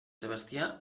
sebastià